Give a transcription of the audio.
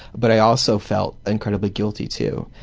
but i also felt incredibly guilty, too,